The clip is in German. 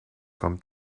kommt